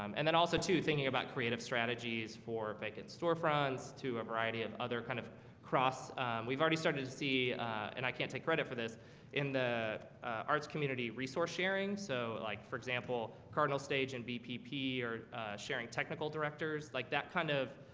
um and then also to thinking about creative strategies for vacant storefronts to a variety of other kind of cross we've already started to see and i can't take credit for this in the arts community resource sharing so like for example cardinal stage and bpp or sharing technical directors like that kind of